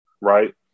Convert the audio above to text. right